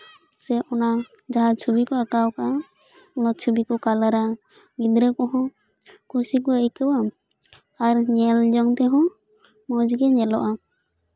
ᱥᱮ ᱚᱱᱟ ᱡᱟᱦᱟᱸ ᱪᱷᱚᱵᱤ ᱠᱚ ᱟᱸᱠᱟᱣ ᱟᱠᱟᱫᱼᱟ ᱚᱱᱟ ᱪᱷᱚᱵᱤ ᱠᱚ ᱠᱟᱞᱟᱨᱟ ᱜᱤᱫᱽᱨᱟᱹ ᱠᱚᱦᱚᱸ ᱠᱩᱥᱤ ᱠᱚ ᱟᱹᱭᱠᱟᱹᱣᱟ ᱟᱨ ᱧᱮᱞ ᱡᱚᱝ ᱛᱮᱦᱚᱸ ᱢᱚᱡᱽ ᱜᱮ ᱧᱮᱞᱚᱜᱼᱟ